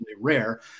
rare